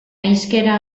hizkera